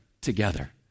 together